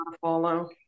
follow